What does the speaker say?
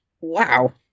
wow